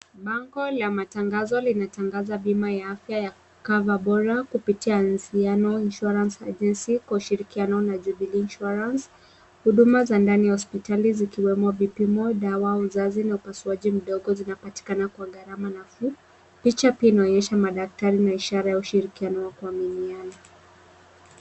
Bango la matangazo linatangaza bima ya afya ya CoverBora kupitia Anziano Insurance Agency kwa ushirikiano na Jubilee Insurance. Huduma za ndani hospitali zikiwemo vipimo, dawa, uzazi na upasuaji mdogo zinapatikana kwa gharama nafuu. Picha pia inaonyesha madaktari na ishara ya ushirikiano wa kuaminiana.